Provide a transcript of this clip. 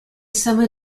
some